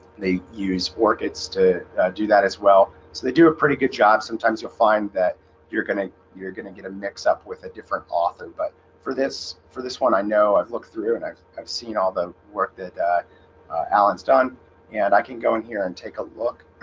they use orchids to do that as well, so they do a pretty good job sometimes you'll find that you're gonna you're gonna get a mix-up with a different author, but for this for this one, i know i've looked through and i've i've seen all the work that allen's done and i can go in here and take a look